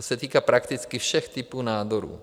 To se týká prakticky všech typů nádorů.